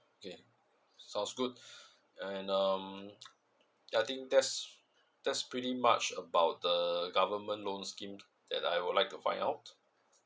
okay sounds good and um I think that's that's pretty much about the government loans schemes that I would like to find out